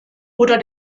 oder